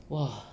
!wah!